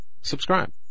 subscribe